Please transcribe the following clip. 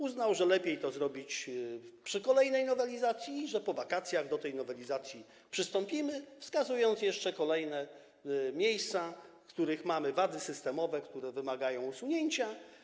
Uznał, że lepiej to zrobić przy kolejnej nowelizacji i że po wakacjach do tej nowelizacji przystąpimy, wskazując jeszcze kolejne miejsca, w których mamy wady systemowe, które wymagają usunięcia.